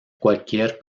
cualquier